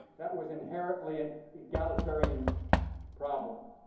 that was inherently an egalitarian problem,